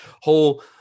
whole